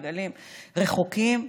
במעגלים רחוקים.